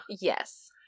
yes